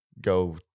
go